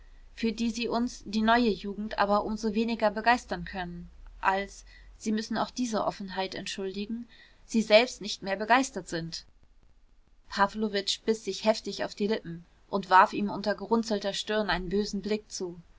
für die sie uns die neue jugend aber um so weniger begeistern können als sie müssen auch diese offenheit entschuldigen sie selbst nicht mehr begeistert sind pawlowitsch biß sich heftig auf die lippen und warf ihm unter gerunzelter stirn einen bösen blick zu